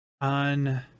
On